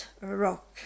rock